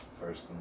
First